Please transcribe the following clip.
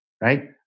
right